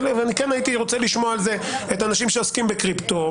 כן הייתי רוצה לשמוע על זה את האנשים שעוסקים בקריפטו,